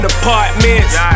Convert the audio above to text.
apartments